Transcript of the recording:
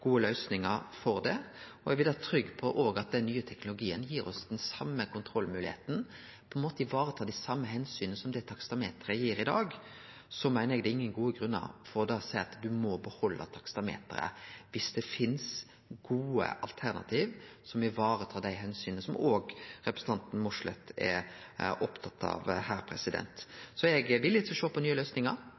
gode løysingar for det. Eg vil vere trygg på at den nye teknologien gir oss den same kontrollmoglegheita og varetar dei same omsyna som det taksameteret gjer i dag. Så eg meiner det er ingen gode grunnar for å seie at ein må behalde taksameteret dersom det finst gode alternativ som varetar dei omsyna som også representanten Mossleth er opptatt av. Så er eg villig til å sjå på nye løysingar,